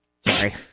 Sorry